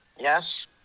Yes